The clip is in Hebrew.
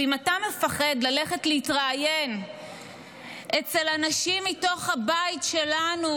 ואם אתה מפחד ללכת להתראיין אצל אנשים מתוך הבית שלנו,